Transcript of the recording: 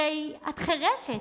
הרי את חירשת?